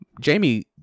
Jamie